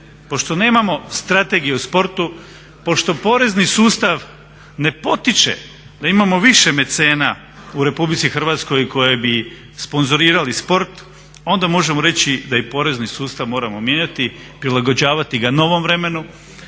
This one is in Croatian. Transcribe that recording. pošto nemamo strategiju o sportu, pošto porezni sustav ne potiče da imamo više mecena u Republici Hrvatskoj koji bi sponzorirali sport, onda možemo reći da i porezni sustav moramo mijenjati, prilagođavati ga novom vremenu